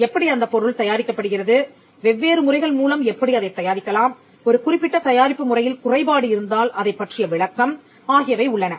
எப்படி அந்த பொருள் தயாரிக்கப்படுகிறது வெவ்வேறு முறைகள் மூலம் எப்படி அதைத் தயாரிக்கலாம் ஒரு குறிப்பிட்ட தயாரிப்பு முறையில் குறைபாடு இருந்தால் அதைப் பற்றிய விளக்கம் ஆகியவை உள்ளன